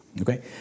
okay